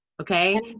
Okay